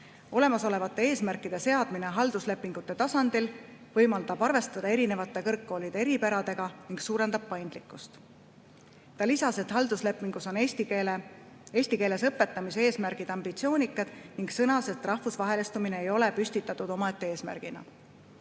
Olemasolevate eesmärkide seadmine halduslepingute tasandil võimaldab arvestada erinevate kõrgkoolide eripäradega ning suurendab paindlikkust. Ta sõnas, et halduslepingus on eesti keeles õpetamise eesmärgid ambitsioonikad, ning lisas, et rahvusvahelistumine ei ole püstitatud omaette eesmärgina.